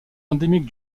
endémique